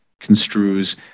construes